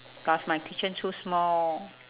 plus my kitchen so small